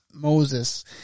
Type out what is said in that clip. Moses